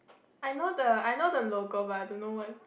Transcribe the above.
I know the I know the logo but I don't know what